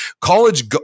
college